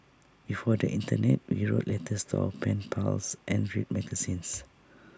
before the Internet we wrote letters to our pen pals and read magazines